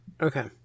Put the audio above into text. Okay